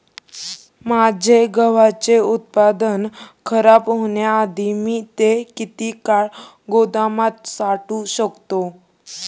माझे गव्हाचे उत्पादन खराब होण्याआधी मी ते किती काळ गोदामात साठवू शकतो?